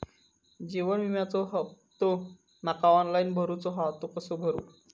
जीवन विम्याचो हफ्तो माका ऑनलाइन भरूचो हा तो कसो भरू?